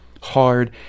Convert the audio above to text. hard